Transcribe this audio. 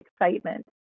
excitement